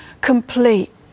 complete